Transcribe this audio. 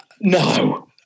No